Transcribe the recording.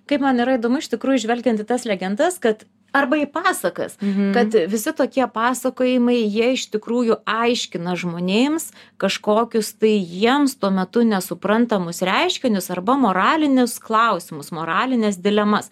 kaip man yra įdomu iš tikrųjų žvelgiant į tas legendas kad arba į pasakas kad visi tokie pasakojimai jie iš tikrųjų aiškina žmonėms kažkokius tai jiems tuo metu nesuprantamus reiškinius arba moralinius klausimus moralines dilemas